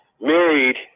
married